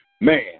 man